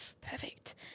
perfect